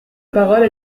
parole